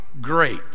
great